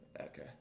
Okay